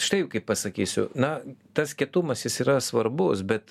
štai kaip pasakysiu na tas kietumas jis yra svarbus bet